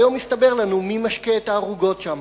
היום מסתבר לנו מי משקה את הערוגות שם.